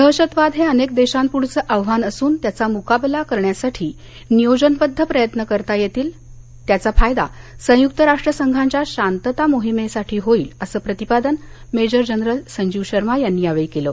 दहशतवाद हे अनेक देशांपुढच आव्हान असून त्याचा मुकाबला करण्यासाठी नियोजनबद्ध प्रयत्न करता येतील त्याचा फायदा संयुक्त राष्ट्र संघाच्या शांतता मोहिमेसाठी होईल असं प्रतिपादन मेजर जनरल संजीव शर्मा यांनी यावेळी केलं